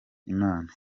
imana